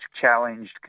challenged